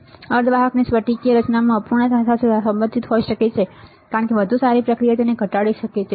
તે આર્ધવાહકની સ્ફટિકીય રચનામાં અપૂર્ણતા સાથે સંબંધિત હોઈ શકે છે કારણ કે વધુ સારી પ્રક્રિયા તેને ઘટાડી શકે છે